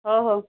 ହଉ ହଉ